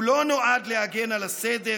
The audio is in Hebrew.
הוא לא נועד להגן על הסדר,